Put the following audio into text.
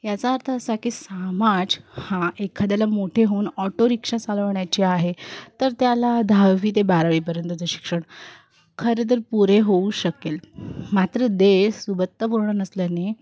याचा अर्थ असा की समजा हा एखाद्याला मोठे होऊन ऑटो रिक्षा चालवण्याची आहे तर त्याला दहावी ते बारावीपर्यंतचं शिक्षण खरेतर पुरे होऊ शकेल मात्र देश सुबत्तापूर्ण नसल्याने